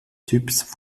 typs